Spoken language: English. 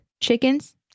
Chickens